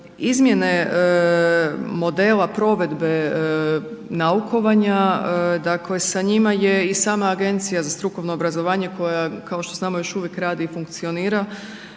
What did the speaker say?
Izmjene modela provedbe naukovanja dakle, sa njima je i sama Agencija za strukovno obrazovanje koja kao što znamo, još uvijek radi i funkcionira,